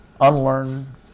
unlearn